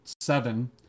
seven